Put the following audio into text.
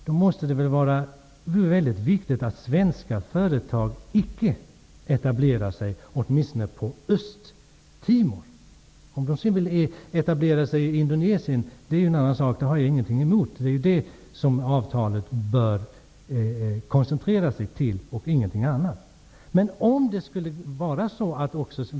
Då måste det väl vara viktigt att svenska företag icke etablerar sig åtminstone i Om de sedan vill etablera sig i Indonesien är en annan sak -- det har jag ingenting emot -- och det är det som avtalet bör koncentrera sig på, inte på någonting annat.